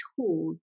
tool